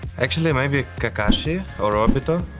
actually, maybe kakashi or obito.